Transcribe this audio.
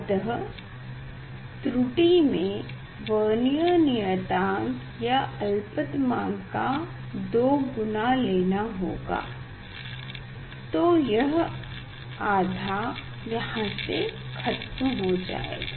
अतः त्रुटि में वर्नियर नियतांक या अल्पमतांक का 2 गुना लेना होगा तो यह आधा यहाँ से ख़त्म हो जाएगा